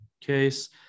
case